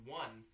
one